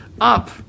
up